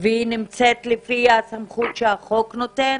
והיא נמצאת לפי הסמכות שהחוק נותן?